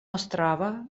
ostrava